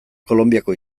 kolonbiako